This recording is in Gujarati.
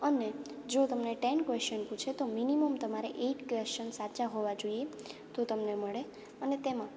અને જો તમને ટેન ક્વેશ્ચન પૂછે તો મિનીમમ તમારે એઇટ ક્વેસચન સાચા હોવા જોઈએ તો તમને મળે અને તેમાં